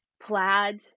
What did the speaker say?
plaid